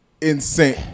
insane